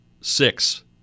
six